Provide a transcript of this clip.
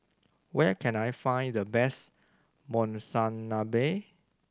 where can I find the best Monsunabe